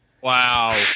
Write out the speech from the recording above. Wow